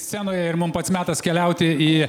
scenoje ir mum pats metas keliauti į